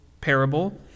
parable